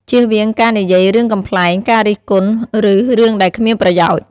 ជៀសវាងការនិយាយរឿងកំប្លែង ការរិះគន់ ឬរឿងដែលគ្មានប្រយោជន៍។